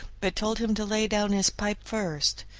but told him to lay down his pipe first.